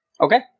Okay